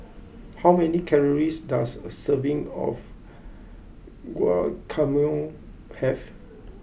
how many calories does a serving of Guacamole have